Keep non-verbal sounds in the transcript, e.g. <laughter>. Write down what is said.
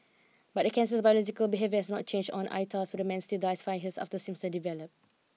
but the cancer's biological behaviour not changed on <unintelligible> so the man still dies five his after symptoms develop